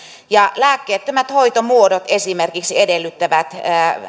ja esimerkiksi lääkkeettömät hoitomuodot edellyttävät